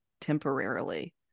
temporarily